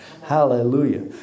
Hallelujah